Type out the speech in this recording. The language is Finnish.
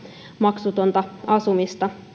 maksutonta asuntolassa asumista